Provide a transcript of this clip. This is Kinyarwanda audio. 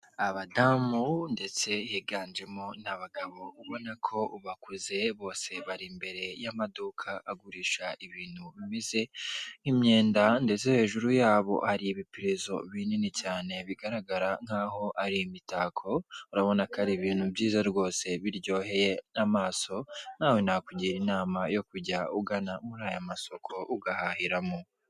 Abadamu ndetse higanjemo n'abagabo ubona ko ubakuze bose bari imbere y'amaduka agurisha ibintu bimeze nk'imyenda ndetse hejuru yabo hari ibipirizo binini cyane bigaragara nk'aho ari imitako, urabona ko ari ibintu byiza rwose biryoheye n'amaso, nawe nakugira inama yo kujya ugana muri aya masoko ugahahiramo.